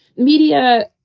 media,